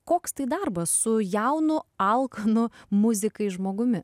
koks tai darbas su jaunu alkanu muzikai žmogumi